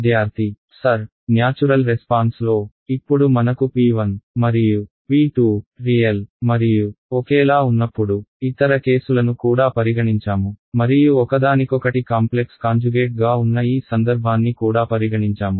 విద్యార్థి sir natural response లో ఇప్పుడు మనకు p 1 మరియు p 2 రియల్ మరియు ఒకేలా ఉన్నప్పుడు ఇతర కేసులను కూడా పరిగణించాము మరియు ఒకదానికొకటి కాంప్లెక్స్ కాంజుగేట్ గా ఉన్న ఈ సందర్భాన్ని కూడా పరిగణించాము